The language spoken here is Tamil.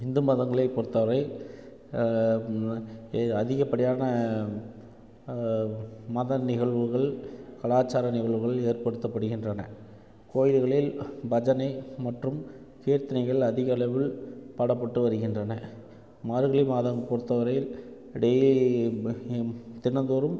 இந்து மதங்களை பொறுத்தவரை அதிகப்படியான மத நிகழ்வுகள் கலாச்சார நிகழ்வுகள் ஏற்படுத்தப்படுகின்றன கோயில்களில் பஜனை மற்றும் கீர்த்தனைகள் அதிகளவில் பாடப்பட்டு வருகின்றன மார்கழி மாதம் பொறுத்தவரையில் டெய்லி தினந்தோறும்